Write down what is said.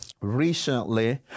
recently